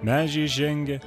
medžiai žengė